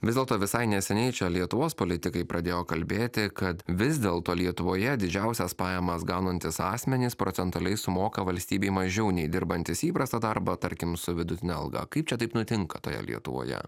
vis dėlto visai neseniai čia lietuvos politikai pradėjo kalbėti kad vis dėlto lietuvoje didžiausias pajamas gaunantys asmenys procentaliai sumoka valstybei mažiau nei dirbantys įprastą darbą tarkim su vidutine alga kaip čia taip nutinka toje lietuvoje